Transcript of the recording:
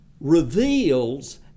reveals